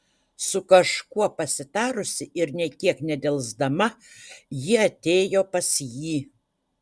su kažkuo pasitarusi ir nė kiek nedelsdama ji atėjo pas jį